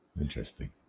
Interesting